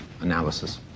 analysis